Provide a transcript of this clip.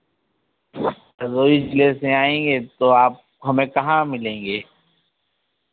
हरदोई जिले से आएँगे तो आप हमें कहाँ मिलेंगे